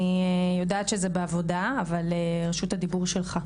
אני יודעת שזה בעבודה אבל רשות הדיבור שלך.